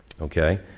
Okay